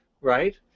right